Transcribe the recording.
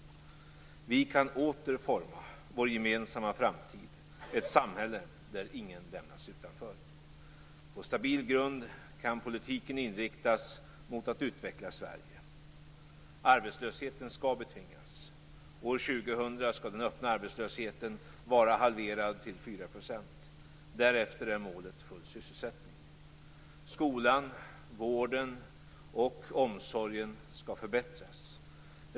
Vi kan åter forma vår gemensamma framtid - ett samhälle där ingen lämnas utanför. På stabil grund kan politiken inriktas mot att utveckla Sverige. Arbetslösheten skall betvingas. År 2000 skall den öppna arbetslösheten vara halverad till 4 %. Därefter är målet full sysselsättning. Skolan, vården och omsorgen skall förbättras.